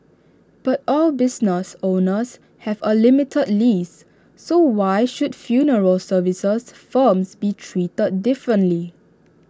but all business owners have A limited lease so why should funeral services firms be treated differently